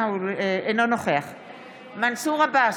אינו נוכח מנסור עבאס,